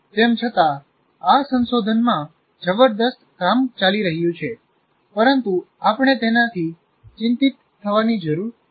તેમ છતાં આ સંશોધનમાં જબરદસ્ત કામ ચાલી રહ્યું છે પરંતુ આપણે તેનાથી ચિંતિત થવાની જરૂર નથી